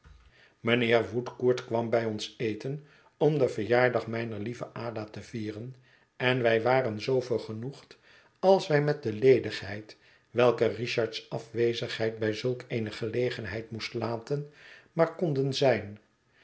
mijnheer woodcourt kwam hij ons eten om den verjaardag mijner lieve ada te vieren en wij waren zoo vergenoegd als wij met de ledigheid welke richard's afwezigheid bij zulk eene gelegenheid moest laten maar konden zijn